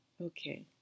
Okay